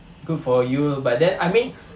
good for you but then I mean